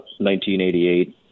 1988